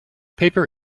paper